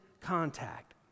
contact